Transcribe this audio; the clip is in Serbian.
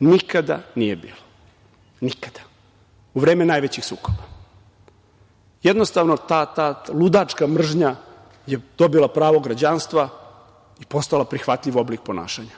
nikada nije bila, nikada, u vreme najvećih sukoba. Jednostavno, ta ludačka mržnja je dobila pravo građanstva i postala prihvatljiv oblik ponašanja,